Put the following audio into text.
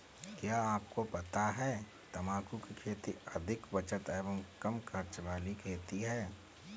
क्या आपको पता है तम्बाकू की खेती अधिक बचत एवं कम खर्च वाली खेती है?